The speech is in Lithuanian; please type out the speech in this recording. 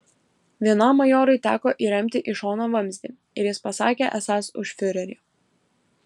vienam majorui teko įremti į šoną vamzdį ir jis pasakė esąs už fiurerį